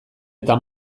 eta